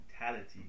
mentality